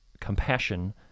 compassion